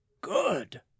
good